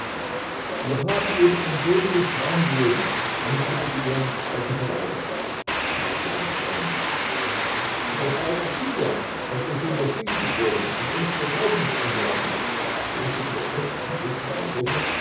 wir haben eben ein lebendes schwein gewogen antwortete ihr der alte verwalter was für ein schwein das schwein aksinja das den sohn wassilij geboren und uns zur taufe nicht eingeladen hat berichtete ihr frech und lustig ein bursche